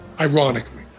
ironically